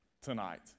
tonight